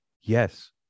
yes